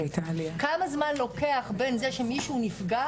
כמה זמן לוקח בין זה שמישהו נפגע,